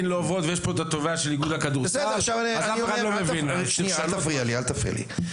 סליחה אבל מותר לי,